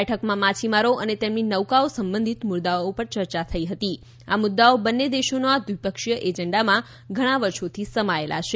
બેઠકમાં માછીમારો અને તેમની નૌકાઓ સંબધિત તમામ મુદ્દાઓ ઉપર ચર્ચા થઈ આ મુદ્દાઓ બંન્ને દેશોના દ્વિપક્ષીય એજન્ડામાં ઘણા વર્ષોથી સમાયેલા છે